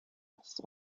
muss